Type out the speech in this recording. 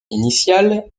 initiale